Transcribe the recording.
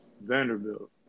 Vanderbilt